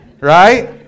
right